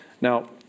Now